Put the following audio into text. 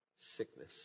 sickness